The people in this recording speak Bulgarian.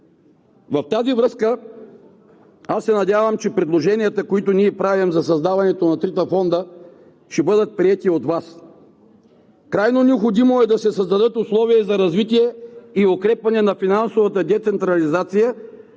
да се случи. Аз се надявам, че предложенията, които ние правим, за създаването на трите фонда ще бъдат приети от Вас. Крайно необходимо е да се създадат условия за развитие и укрепване на финансовата децентрализация,